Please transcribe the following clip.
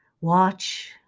watch